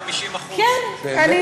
לפעמים העמלה היא 50%. באמת?